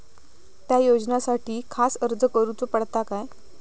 त्या योजनासाठी खास अर्ज करूचो पडता काय?